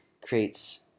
creates